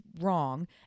wrong